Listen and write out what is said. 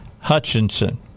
Hutchinson